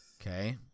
Okay